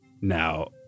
now